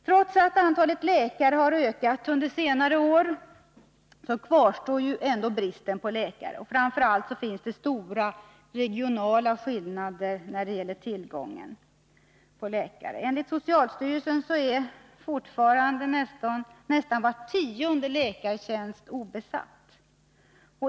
Trots att antalet läkare har ökat under senare år kvarstår bristen på läkare, och framför allt finns det stora regionala skillnader när det gäller tillgången på läkare. Enligt socialstyrelsen är fortfarande nästan var tionde läkartjänst obesatt.